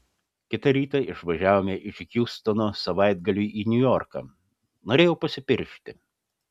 kitą rytą išvažiavome iš hjustono savaitgaliui į niujorką norėjau pasipiršti